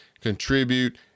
contribute